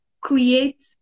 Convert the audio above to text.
create